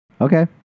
Okay